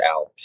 out